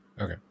Okay